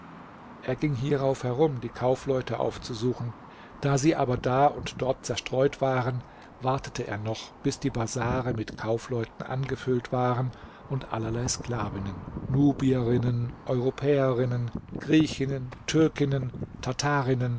er ging hierauf herum die kaufleute aufzusuchen da sie aber da und dort zerstreut waren wartete er noch bis die bazare mit kaufleuten angefüllt waren und allerlei sklavinnen nubierinnen europäerinnen griechinnen türkinnen